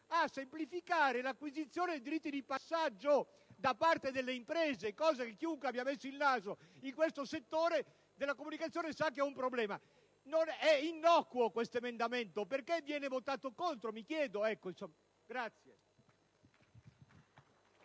a semplificare l'acquisizione dei diritti di passaggio da parte delle imprese, cosa che chiunque abbia messo il naso in questo settore della comunicazione sa che è un problema. È innocuo questo emendamento! Mi chiedo perché ci